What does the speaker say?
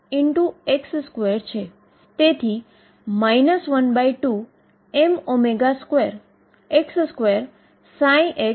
તેથી આપણે તે તપાસવું પડશે અને આપણે એ પણ જોઈશુ કેψઅમુક કન્ડીશન સંતોષે કે કેમ